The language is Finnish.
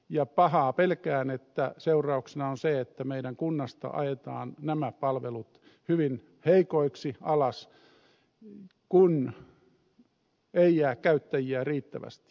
ja pahaa pelkään että seurauksena on se että meidän kunnastamme ajetaan nämä palvelut hyvin heikoiksi alas kun ei jää käyttäjiä riittävästi